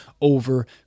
over